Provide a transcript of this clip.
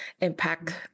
impact